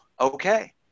okay